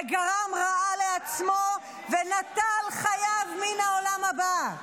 וגרם רעה לעצמו ונטל חייו מן העולם הבא.